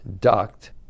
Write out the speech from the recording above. duct